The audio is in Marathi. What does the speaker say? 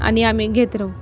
आणि आम्ही घेत राहू